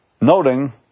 noting